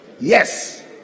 Yes